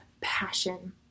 passion